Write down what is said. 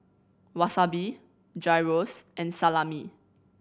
Wasabi Gyros and Salami